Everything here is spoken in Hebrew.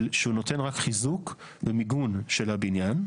שהוא נותן רק חיזוק ומיגון של הבניין,